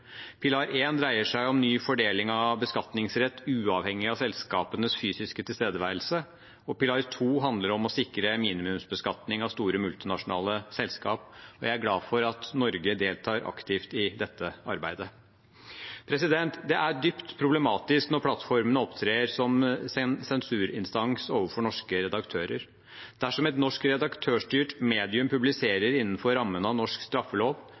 Pilar én dreier seg om ny fordeling av beskatningsrett uavhengig av selskapenes fysiske tilstedeværelse, og pilar to handler om å sikre minimumsbeskatning av store multinasjonale selskap. Jeg er glad for at Norge deltar aktivt i dette arbeidet. Det er dypt problematisk når plattformene opptrer som sensurinstans overfor norske redaktører. Dersom et norsk redaktørstyrt medium publiserer innenfor rammen av norsk straffelov,